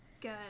Good